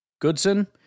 Goodson